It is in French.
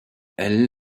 elle